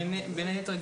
בין היתר,